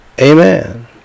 Amen